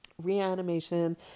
reanimation